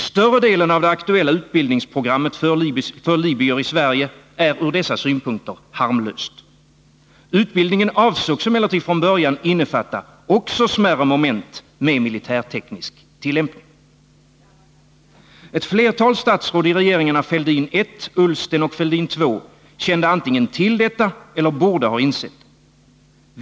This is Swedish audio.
Större delen av det aktuella utbildningsprogrammet för libyer i Sverige är ur dessa synpunkter harmlös. Utbildningen avsågs emellertid från början innefatta också smärre moment med militärteknisk tillämpning. Ett flertal statsråd i regeringarna Fälldin I, Ullsten och Fälldin II kände antingen till detta eller borde ha insett det.